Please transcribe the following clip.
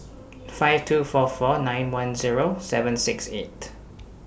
five two four four nine one Zero seven six eight